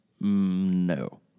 No